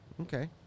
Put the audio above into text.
Okay